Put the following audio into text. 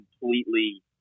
completely